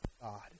God